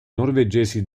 norvegesi